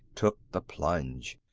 took the plunge.